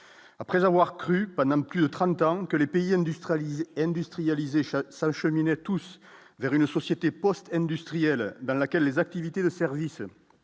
après avoir cru pendant plus de 30 ans que les pays industrialisés industrialisés s'acheminer tous vers une société post-industrielle dans laquelle les activités de service